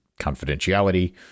confidentiality